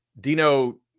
Dino